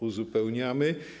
Uzupełniamy.